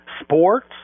Sports